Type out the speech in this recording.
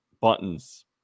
buttons